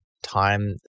Time